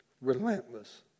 relentless